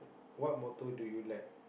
what motor do you like